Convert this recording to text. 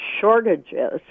shortages